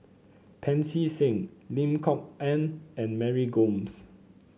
Pancy Seng Lim Kok Ann and Mary Gomes